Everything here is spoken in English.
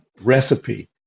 recipe